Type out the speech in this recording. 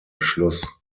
schluss